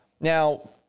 now